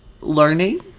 learning